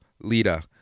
Lita